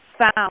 found